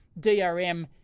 DRM